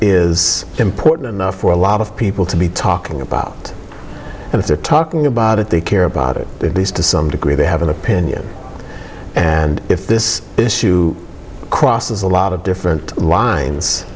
is important enough for a lot of people to be talking about and if they're talking about it they care about it to some degree they have an opinion and if this issue crosses a lot of different lines